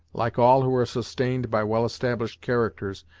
like all who are sustained by well established characters,